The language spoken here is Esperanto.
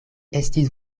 estis